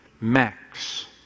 Max